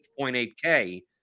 6.8K